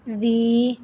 ਵੀ